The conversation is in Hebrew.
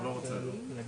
כל הדברים האלה